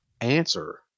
answer